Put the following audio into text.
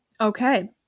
Okay